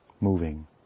moving